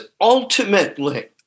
ultimately